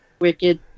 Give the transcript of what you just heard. Wicked